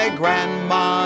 grandma